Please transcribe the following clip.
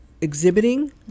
exhibiting